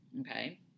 Okay